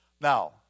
Now